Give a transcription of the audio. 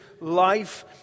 life